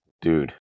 Dude